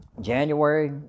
January